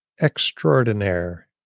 extraordinaire